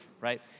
right